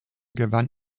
gewann